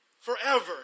forever